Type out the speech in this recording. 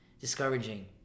discouraging